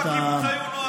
איך אצלך בקיבוץ היו נוהגים.